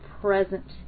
present